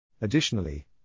Additionally